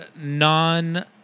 non